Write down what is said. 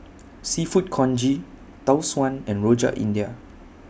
Seafood Congee Tau Suan and Rojak India